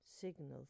signals